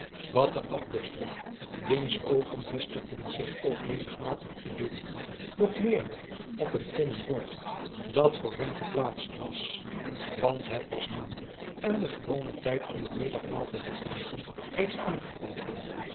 wat den abt betrof diens oogen vestigden zich ook menigmalen op de deur doch meer nog op het tinnen bord dat voor hem geplaatst was want het was noen en de gewone tijd om het middagmaal te gebruiken reeds aangebroken